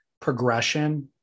progression